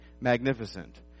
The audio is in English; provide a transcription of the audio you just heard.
magnificent